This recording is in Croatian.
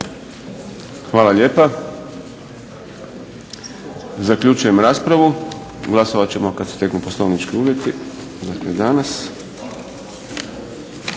Hvala lijepa. Zaključujem raspravu. Glasovat ćemo kad se steknu poslovnički uvjeti, dakle danas.